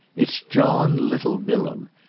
it's john little bilham,